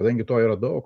kadangi to yra daug